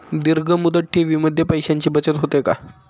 दीर्घ मुदत ठेवीमध्ये पैशांची बचत होते का?